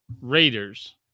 Raiders